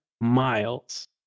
miles